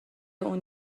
اون